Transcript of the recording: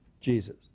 Jesus